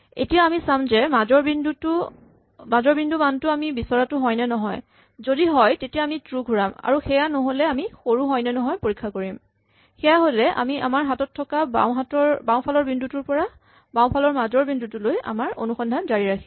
এতিয়া আমি চাম যে মাজৰ বিন্দু মানটো আমি বিচৰাটো হয় নে নহয় যদি হয় তেতিয়া আমি ট্ৰু ঘূৰাম আৰু সেয়া নহ'লে আমি সৰু হয় নে নহয় পৰীক্ষা কৰিম সেয়া হ'লে আমি আমাৰ হাতত থকা বাওঁফালৰ বিন্দুটোৰ পৰা বাওঁফালৰ মাজৰ বিন্দুটোলৈ আমাৰ অনুসন্ধান জাৰি ৰাখিম